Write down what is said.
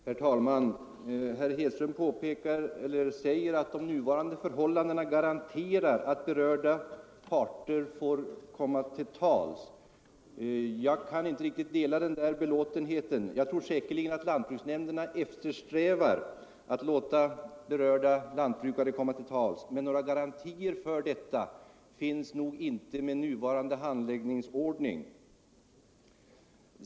Herr talman! Herr Hedström säger att de nuvarande förhållandena garanterar att berörda parter får komma till tals. Jag kan inte riktigt dela denna belåtenhet. Jag tror säkerligen att lantbruksnämnderna eftersträvar att låta berörda lantbrukare komma till tals, men några garantier härför finns inte med nuvarande handläggningsordning.